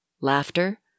laughter